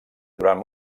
durant